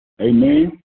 Amen